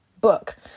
book